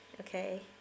okay